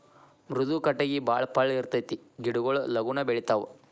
ಮೃದು ಕಟಗಿ ಬಾಳ ಪಳ್ಳ ಇರತತಿ ಗಿಡಗೊಳು ಲಗುನ ಬೆಳಿತಾವ